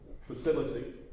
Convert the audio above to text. facility